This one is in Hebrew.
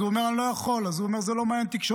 הוא אומר: אני לא יכול, זה לא מעניין תקשורתית.